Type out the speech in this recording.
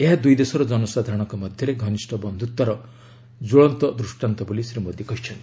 ଏହା ଦୁଇ ଦେଶର ଜନସାଧାରଣଙ୍କ ମଧ୍ୟରେ ଘନିଷ୍ଠ ବନ୍ଧୁତାର ଜ୍ୱଳନ୍ତ ଦୃଷ୍ଟାନ୍ତ ବୋଲି ଶ୍ରୀ ମୋଦି କହିଛନ୍ତି